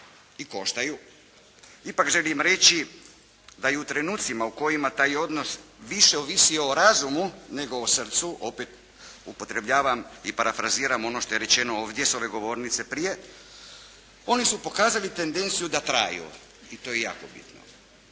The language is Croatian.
i koštaju. Ipak želim reći da i u trenucima u kojima taj odnos više ovisi o razumu nego o srcu, opet upotrebljavam i parafraziram ono što je rečeno ovdje s ove govornice prije, oni su pokazali tendenciju da traju i to je jako bitno.